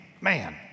man